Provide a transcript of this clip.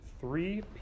three